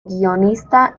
guionista